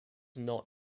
not